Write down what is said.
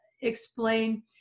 explain